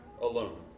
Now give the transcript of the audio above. alone